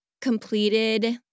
completed